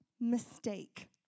Mistake